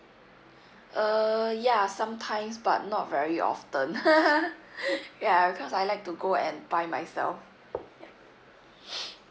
err ya sometimes but not very often ya because I like to go and buy myself